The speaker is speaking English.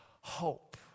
hope